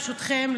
ברשותכם,